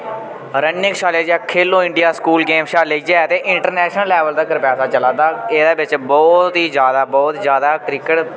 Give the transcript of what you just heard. running शा लेइयै Khelo India school game शा लेइयै ते इंटरनेशनल लेवल तकर पैसा चला दा एह्दे बिच बोह्त ही ज्यादा बोह्त ज्यादा क्रिकेट